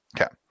Okay